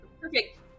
perfect